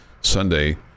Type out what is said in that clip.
Sunday